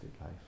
life